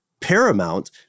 Paramount